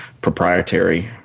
proprietary